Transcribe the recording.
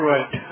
Right